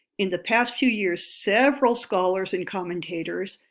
in the past few years several scholars and commentators,